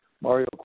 Mario